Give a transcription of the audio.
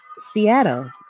Seattle